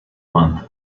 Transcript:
month